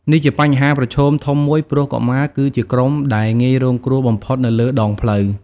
នេះជាបញ្ហាប្រឈមធំមួយ ព្រោះកុមារ គឺជាក្រុមដែលងាយរងគ្រោះបំផុតនៅលើដងផ្លូវ។